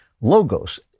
logos